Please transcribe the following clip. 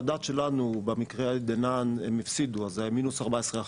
המדד שלנו הוא במקרה דנן הם הפסידו זה 14%-,